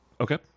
Okay